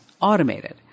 automated